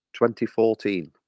2014